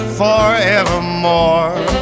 forevermore